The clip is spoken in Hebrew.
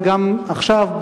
וגם עכשיו,